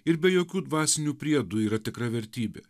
ir be jokių dvasinių priedų yra tikra vertybė